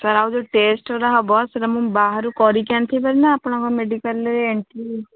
sir ଆଉ ଯେଉଁ test ଗୁଡ଼ା ହେବ ସାର୍ ମୁଁ ସେଇଟା ବାହାରୁ କରିକି ଆଣିଥିବି ନା ଆପଣଙ୍କ ମେଡ଼ିକାଲ୍ରେ ଏଣ୍ଟ୍ରି